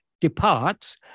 departs